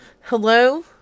Hello